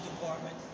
department